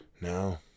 Now